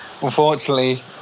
unfortunately